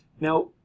now